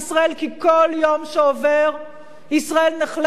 כי כל יום שעובר ישראל נחלשת,